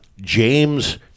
James